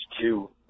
two